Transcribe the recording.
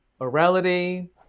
morality